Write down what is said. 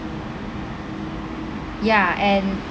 ya and